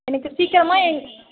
எனக்கு சீக்கிரமாக எங்